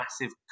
massive